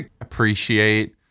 appreciate